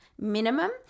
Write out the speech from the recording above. minimum